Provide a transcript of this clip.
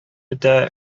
үтә